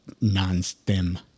Non-STEM